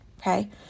okay